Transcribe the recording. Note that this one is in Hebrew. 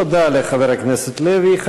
תודה לחבר הכנסת לוי.